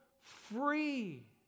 free